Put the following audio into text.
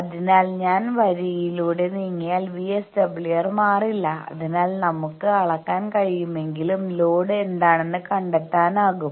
അതിനാൽ ഞാൻ വരിയിലൂടെ നീങ്ങിയാൽ VSWR മാറില്ല അതിനാൽ നമുക്ക് അളക്കാൻ കഴിയുമെങ്കിൽ ലോഡ് എന്താണെന്ന് കണ്ടെത്താനാകും